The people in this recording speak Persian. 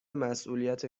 مسئولیت